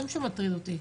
זה מה שמטריד אותי.